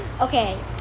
okay